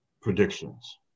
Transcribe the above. predictions